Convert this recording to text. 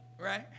right